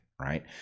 Right